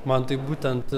man tai būtent